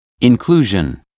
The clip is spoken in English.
inclusion